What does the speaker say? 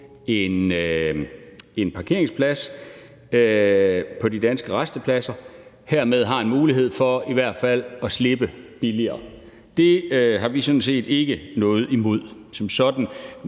en parkeringsplads på de danske rastepladser, hermed har en mulighed for i hvert fald at slippe billigere. Det har vi sådan set ikke noget imod som sådan